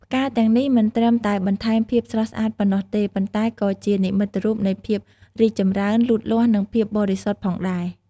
ផ្កាទាំងនេះមិនត្រឹមតែបន្ថែមភាពស្រស់ស្អាតប៉ុណ្ណោះទេ ប៉ុន្តែក៏ជានិមិត្តរូបនៃភាពរីកចម្រើន លូតលាស់ និងភាពបរិសុទ្ធផងដែរ។